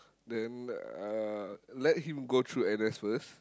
then uh let him go through N_S first